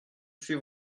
suis